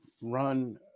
run